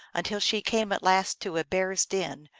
until she came at last to a bear s den,